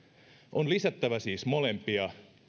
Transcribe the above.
on lisättävä siis molempia